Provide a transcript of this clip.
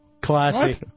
Classy